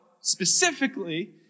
specifically